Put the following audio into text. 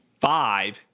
five